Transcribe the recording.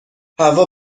هوا